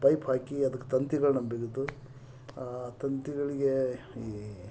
pipe ಹಾಕಿ ಅದ್ಕೆ ತಂತಿಗಳನ್ನು ಬಿಗಿದು ಆ ತಂತಿಗಳಿಗೆ ಈ